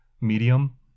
medium